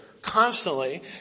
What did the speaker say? constantly